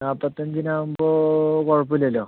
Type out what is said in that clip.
നാപ്പത്തഞ്ചിന് ആകുമ്പോൾ കുഴപ്പം ഇല്ലല്ലൊ